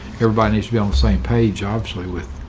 everybody needs to be on the same page, obviously, with